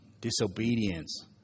Disobedience